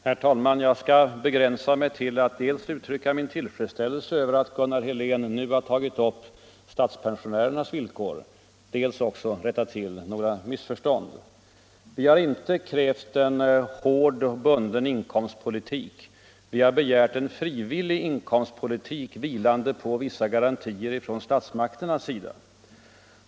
Herr talman! Jag skall begränsa mig till att dels uttrycka min tillfredsställelse över att Gunnar Helén nu har tagit upp statspensionärernas villkor, dels rätta till några missförstånd. För det första har vi moderater inte krävt en hård och bunden inkomstpolitik. Vi har begärt en frivillig inkomstpolitik vilande på vissa garantier från statsmakterna.